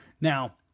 Now